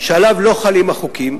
שעליו לא חלים החוקים,